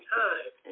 time